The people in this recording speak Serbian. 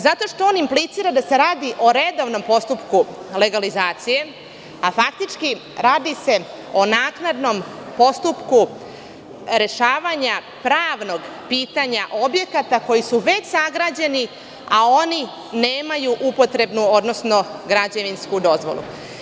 Zato što on implicira da se radi o redovnom postupku legalizacije, a faktički radi se o naknadnom postupku rešavanja pravnog pitanja objekata koji su već sagrađeni, a oni nemaju upotrebnu, odnosno građevinsku dozvolu.